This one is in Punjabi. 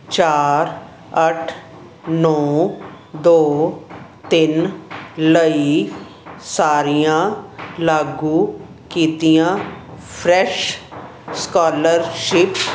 ਚਾਰ ਅੱਠ ਨੌਂ ਦੋ ਤਿੰਨ ਲਈ ਸਾਰੀਆਂ ਲਾਗੂ ਕੀਤੀਆਂ ਫਰੈਸ਼ ਸਕਾਲਰਸ਼ਿਪ